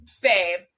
babe